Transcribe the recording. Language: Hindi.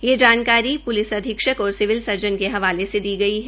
ये जानकारी प्लिस अधीक्षक और सिविल सर्जन के हवाले से दी गई है